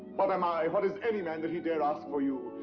what am i, what is any man that he dare ask for you?